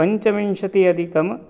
पञ्चविंशति अधिकम्